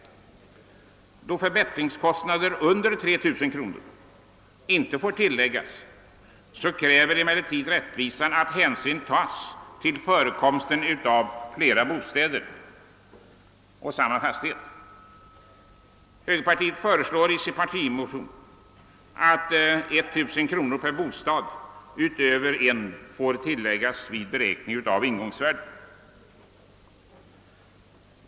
Då förbättringskostnader under 3 000 kronor inte får tilläggas, kräver emellertid rättvisan att hänsyn tas till förekomsten av fiera bostäder på samma fastighet. Högerpartiet föreslår i sin partimotion att 1 000 kronor per bostad utöver en får tilläggas vid beräkning av ingångsvärdet.